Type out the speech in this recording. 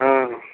हाँ